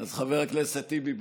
אז חבר הכנסת טיבי,